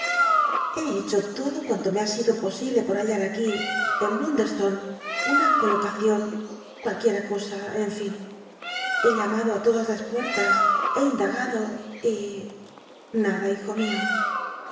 he hecho lodo cuanto me ha sido posible por hallar aqui en blundet stonc una colocacion cualquiera cosa en lln he llamado i todas la juct las be indagado y nada bijo mio